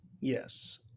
yes